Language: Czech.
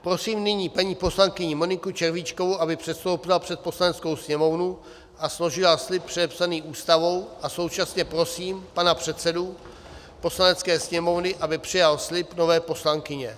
Prosím nyní paní poslankyni Moniku Červíčkovou, aby předstoupila před Poslaneckou sněmovnu a složila slib předepsaný Ústavou, a současně prosím pana předsedu Poslanecké sněmovny, aby přijal slib nové poslankyně.